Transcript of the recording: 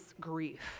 grief